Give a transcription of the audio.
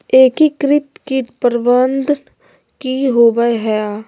एकीकृत कीट प्रबंधन की होवय हैय?